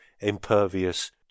impervious